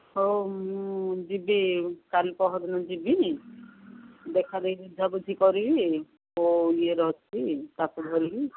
ହଉ ମୁଁ ଯିବି କାଲି ପହରଦିନ ଯିବି ଦେଖାଦେଖି ବୁଝାବୁଝି କରିବି କେଉଁ ଇଏରେ ଅଛି ତାକୁ ଧରିକି